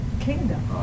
kingdom